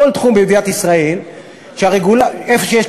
כל תחום במדינת ישראל,